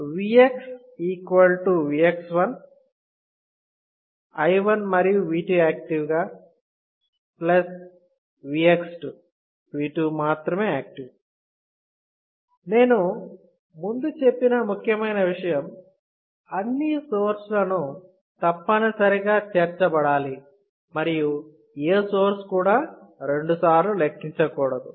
Vx V x1 I 1 మరియు V 3 active V x2 V 2 మాత్రమే active నేను ముందు చెప్పిన ముఖ్యమైన విషయం అన్ని సోర్స్ లను తప్పనిసరిగా చేర్చబడాలి మరియు ఏ సోర్స్ కూడా రెండుసార్లు లెక్కించకూడదు